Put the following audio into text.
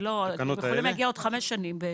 אתם יכולים להגיע עוד חמש שנים.